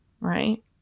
right